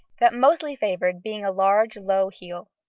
that mostly favoured being a large, low heel.